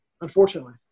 unfortunately